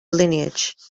lineage